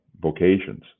vocations